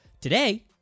today